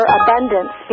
abundance